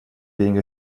being